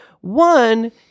One